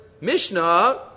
Mishnah